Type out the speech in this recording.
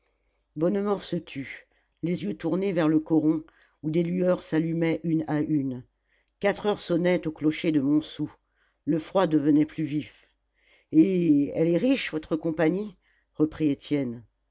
bonnemort se tut les yeux tournés vers le coron où des lueurs s'allumaient une à une quatre heures sonnaient au clocher de montsou le froid devenait plus vif et elle est riche votre compagnie reprit étienne